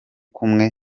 kumwe